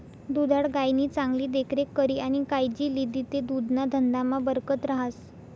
दुधाळ गायनी चांगली देखरेख करी आणि कायजी लिदी ते दुधना धंदामा बरकत रहास